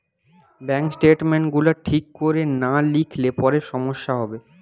bank statement গুলা ঠিক কোরে না লিখলে পরে সমস্যা হবে